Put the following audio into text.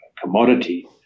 commodity